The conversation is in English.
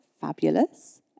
Fabulous